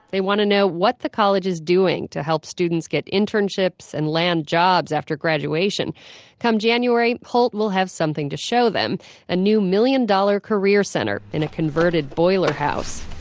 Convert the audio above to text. they want to know what the college is doing to help students get internships and land jobs after graduation come january holt will have something to show them a new one million dollars career center in a converted boiler house.